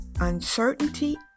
uncertainty